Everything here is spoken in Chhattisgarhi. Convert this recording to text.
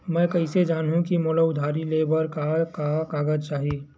मैं कइसे जानहुँ कि मोला उधारी ले बर का का कागज चाही?